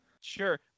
Sure